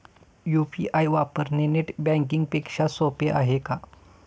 UPI वापरणे net banking पेक्षा सोपे आहे का?